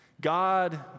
God